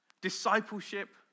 discipleship